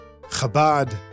Chabad